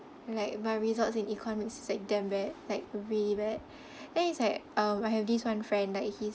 like my results in economics is like damn bad like really bad then it's like um I have this one friend like he's